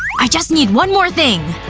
i just need one more thing.